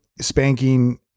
spanking